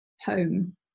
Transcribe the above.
home